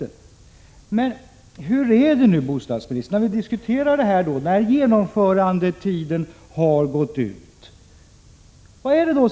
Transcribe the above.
Men hur är det, bostadsministern, när genomförandetiden har gått ut? Vad händer då?